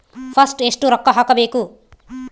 First ಎಷ್ಟು ರೊಕ್ಕ ಹಾಕಬೇಕು?